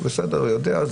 הוא בסדר, יודע.